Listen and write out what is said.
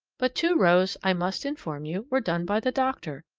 but two rows, i must inform you, were done by the doctor.